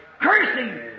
cursing